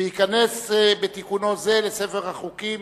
12 בעד, אין מתנגדים, אין נמנעים.